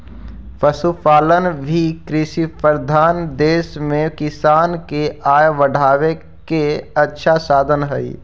पशुपालन भी कृषिप्रधान देश में किसान के आय बढ़ावे के अच्छा साधन हइ